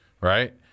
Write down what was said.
right